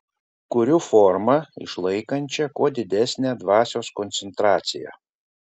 kuriu formą išlaikančią kuo didesnę dvasios koncentraciją